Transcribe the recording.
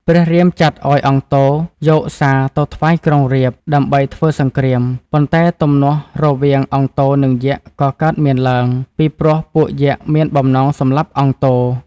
ព្រះរាមចាត់ឱ្យអង្គទ យកសារទៅថ្វាយក្រុងរាពណ៍ ដើម្បីធ្វើសង្គ្រាម ប៉ុន្តែទំនាស់រវាង អង្គទនិងយក្សក៏កើតមានឡើង ពីព្រោះពួកយក្សមានបំណងសម្លាប់អង្គទ។